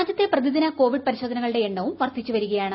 രാജ്യത്തെ പ്രതിദിന കോവിഡ് പരിശോധനകളുടെ എണ്ണവും വർധിച്ചു വരികയാണ്